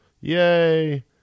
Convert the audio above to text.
Yay